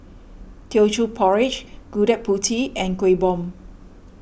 Teochew Porridge Gudeg Putih and Kueh Bom